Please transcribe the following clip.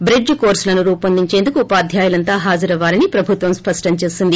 బ్రిడ్లి కోర్పులను రూపొందించేందుకు ఉపాధ్యులంతా హాజరవ్వాలని ప్రభుత్వం స్పష్టం చేసింది